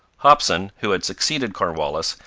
hopson, who had succeeded cornwallis,